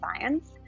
science